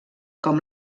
com